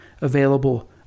available